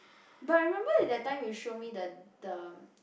but I remember that time you show me the the